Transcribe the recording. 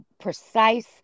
precise